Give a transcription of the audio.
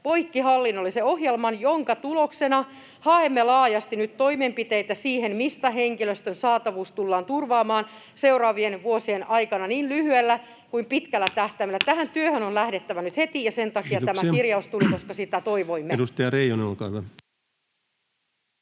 poikkihallinnollisen ohjelman, jonka tuloksena haemme laajasti nyt toimenpiteitä siihen, mistä henkilöstön saatavuus tullaan turvaamaan seuraavien vuosien aikana niin lyhyellä kuin pitkällä tähtäimellä. Tähän työhön on lähdettävä nyt heti, ja sen takia tämä kirjaus tuli, koska sitä toivoimme. Kiitoksia. — Edustaja Reijonen, olkaa hyvä.